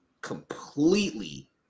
completely